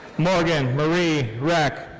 morgan marie reck.